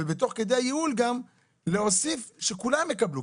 ותוך כדי הייעול גם להוסיף שכולם יקבלו.